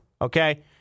okay